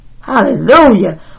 Hallelujah